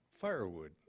firewood